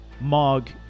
Mog